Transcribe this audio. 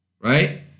right